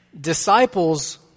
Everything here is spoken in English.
Disciples